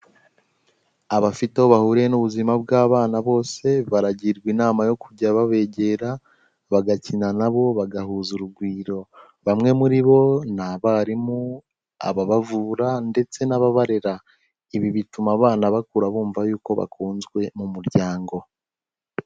Abafite aho bahuriye n'ubuzima bw'abana bose baragirwa inama yo kujya babegera bagakina nabo bagahuza urugwiro,, bamwe muri bo ni abarimu, ababavura ndetse n'ababarera. Ibi bituma abana bakura bumva yuko bakunzwe mu muryango.